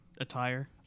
attire